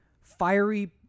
fiery